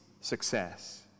success